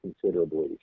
considerably